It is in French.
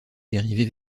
dérivée